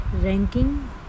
ranking